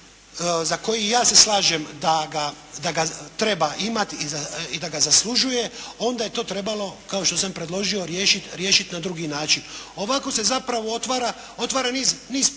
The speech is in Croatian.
za koji i ja se slažem da ga treba imati i da ga zaslužuje onda je to trebalo kao što sam predložio, riješiti na drugi način. Ovako se zapravo otvara niz pitanja